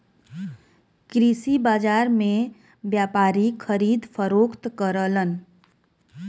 कृषि बाजार में व्यापारी खरीद फरोख्त करलन